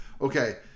Okay